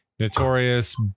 Notorious